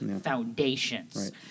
foundations